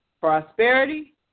prosperity